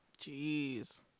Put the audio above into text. Jeez